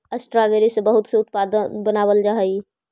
strawberry से बहुत से उत्पाद बनावाल जा हई